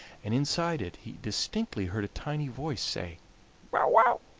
and inside it he distinctly heard a tiny voice say bow-wow!